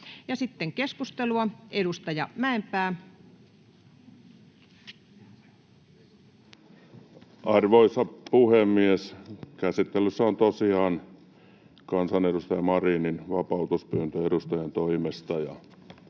Time: 14:01 Content: Arvoisa puhemies! Käsittelyssä on tosiaan kansanedustaja Marinin vapautuspyyntö edustajan toimesta.